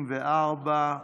54,